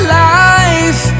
life